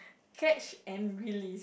catch and release